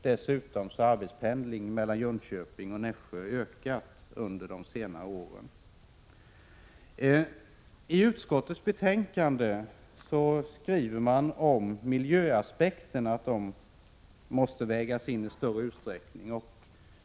Dessutom har arbetspendling mellan Jönköping och Nässjö ökat under senare år. I utskottets betänkande skriver man att miljöaspekterna måste vägas in i större utsträckning.